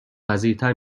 پذیرتر